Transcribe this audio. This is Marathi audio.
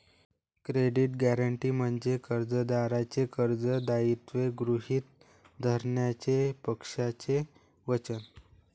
क्रेडिट गॅरंटी म्हणजे कर्जदाराचे कर्ज दायित्व गृहीत धरण्याचे पक्षाचे वचन